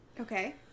Okay